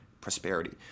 prosperity